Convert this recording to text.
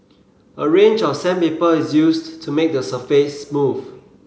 a range of sandpaper is used to make the surface smooth